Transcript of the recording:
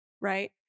right